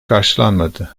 karşılanmadı